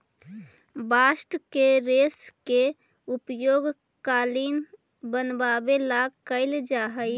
bast के रेश के उपयोग कालीन बनवावे ला कैल जा हई